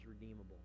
redeemable